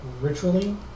ritually